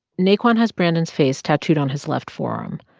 naquan has brandon's face tattooed on his left forearm.